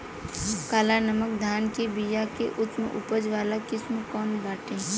काला नमक धान के बिया के उच्च उपज वाली किस्म कौनो बाटे?